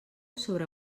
sobre